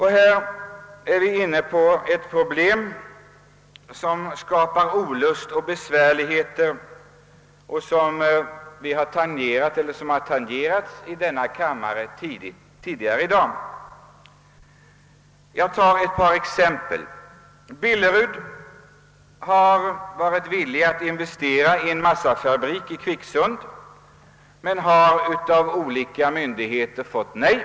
Här är vi inne på ett problem som skapar olust och besvärligheter — det har tangerats i denna kammare tidigare i dag. Jag tar ett par exempel. Inom Billerud har man varit villig att investera i en massafabrik i Kvicksund men har av olika myndigheter fått nej.